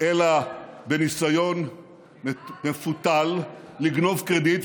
אלא בניסיון מפותל לגנוב קרדיט,